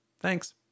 Thanks